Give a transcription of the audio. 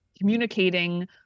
communicating